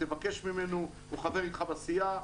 תבקש ממנו, הוא חבר איתך בסיעה.